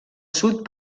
sud